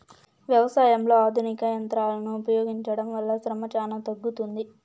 వ్యవసాయంలో ఆధునిక యంత్రాలను ఉపయోగించడం వల్ల శ్రమ చానా తగ్గుతుంది